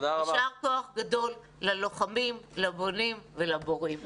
יישר כוח גדול ללוחמים, לבונים ולבוראים.